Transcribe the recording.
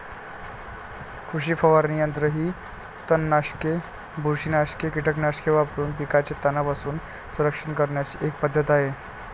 कृषी फवारणी यंत्र ही तणनाशके, बुरशीनाशक कीटकनाशके वापरून पिकांचे तणांपासून संरक्षण करण्याची एक पद्धत आहे